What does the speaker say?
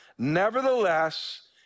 Nevertheless